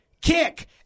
kick